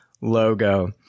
logo